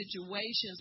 situations